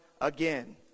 again